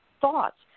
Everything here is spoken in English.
thoughts